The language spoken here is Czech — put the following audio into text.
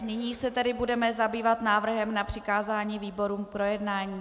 Nyní se tedy budeme zabývat návrhem na přikázání výborům k projednání.